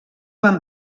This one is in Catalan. van